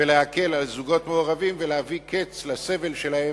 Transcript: ולהקל על זוגות מעורבים ולהביא קץ לסבל שלהם,